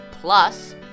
Plus